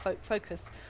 focus